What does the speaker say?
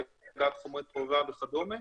הצגת חומרי תועבה וכדומה.